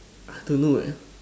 I don't know eh